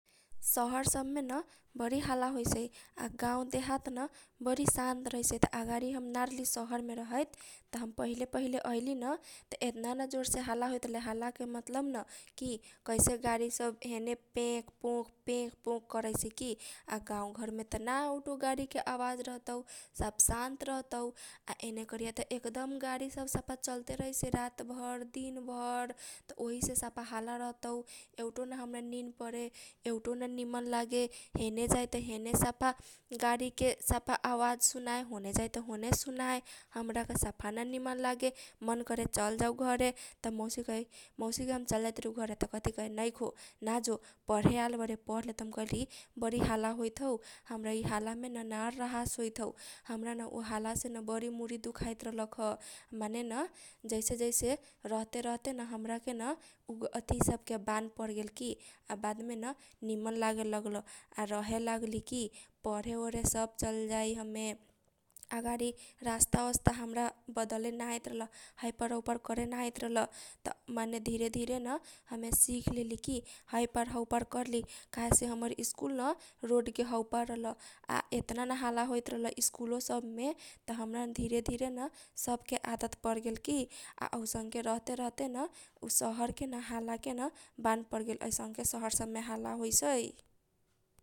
सहर सब मेन बरी हाला होइसै आ गाउँ देहात मेन बरी शान्त रहैसै। त अगाडि हम ना रहली सहर मे रहैत त हम पहिले पहिले कालीन त ऐतना न जोरसे हाला होइत रहलै हाला के मतलब न कि कैसे गारी सब ऐने पेक पोक पेक पोक की । आ गाउँ घरमे त ना अउटो गाडी के आवाज रहतौ सब शान्त रहतौ आ ऐने करीया त एकदम सफा गाडी सब चलते रहैसै रात भर दिन भर त ओही सफा हाला रहतौ येउटो न हमरा निन् पररे येउटो न निम्न लागे हेने जाइ त हेने सफा गाडी के आवाज सुनाए होने जाइत ओने सफा गाडी के आवाज सुनाए हमरा त सफा न निम्न लागे। मन करे चल जाउ घरे त हमर मौसी के कही मौसी गे हम चल जाइतारियौ घरे। त कथी कहे नैखो ना जो पढे आल बारे पढ ले त हम कहली बरी हाला होइत हौ हमरा इ हाला मे ना राहास होइत हौ हमरा न उ हाला से बरी मुरी दुखाइत रलख। माने न जैसै जैसे रहते रहते उ सब के बान परगेल की । आ बाद मे न निम्न लागे लगल आ रहे लागली की पढे ओढे सब चल जाइ हमे। अगाडि रासता ओसता हमरा बदले ना आइत रहल है पार औइ पार करे ना आइत रलह। त माने धिरे धिरे न हमे सिख लेली की है पार औइ पार करली। काहे से हमर स्कूल न रोड के हौ पार रहल आ येतना हाला होइ त रहल स्कूल लो सब मे त हमरा न धिरे धीरे न सब के आदत पर गेल की। आ औसनके रहते रहते न उ सहर केन हाला केन बान पर गेल अइसनके सहर सब मे हाला होइसै कि ।